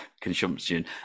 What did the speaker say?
consumption